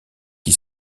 qui